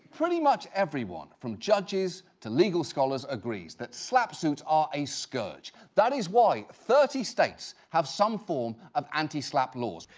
pretty much everyone, from judges to legal scholars, agree that slapp suits are a scourge. that is why thirty states have some form of anti-slapp laws.